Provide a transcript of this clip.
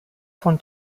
von